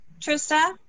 Trista